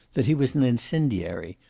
that he was an incendiary,